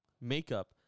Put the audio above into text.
makeup